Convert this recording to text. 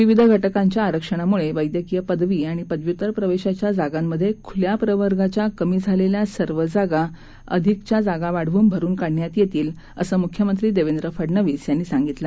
विविध घटकांच्या आरक्षणामुळे वैद्यकीय पदवी आणि पदव्युत्तर प्रवेशाच्या जागांमध्ये खुल्या प्रवर्गाच्या कमी झालेल्या सर्व जागा अधिकच्या जागा वाढवून भरून काढण्यात येईल असं मुख्यमंत्री देवेंद्र फडणवीस यांनी सांगितलं